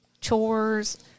chores